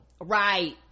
right